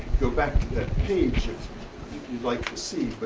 go back to that page if you'd like to see but